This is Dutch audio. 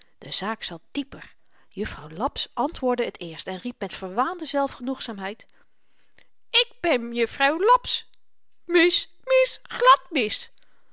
de zaak zat dieper juffrouw laps antwoordde het eerst en riep met verwaande zelfgenoegzaamheid ik ben juffrouw laps mis mis glad mis